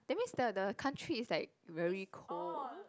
that means the the country is like very cold